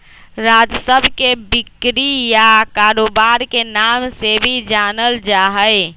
राजस्व के बिक्री या कारोबार के नाम से भी जानल जा हई